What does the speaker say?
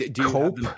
cope